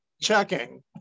checking